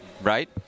right